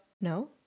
No